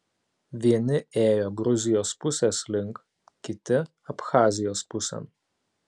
vieni ėjo gruzijos pusės link kiti abchazijos pusėn